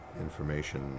Information